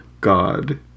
God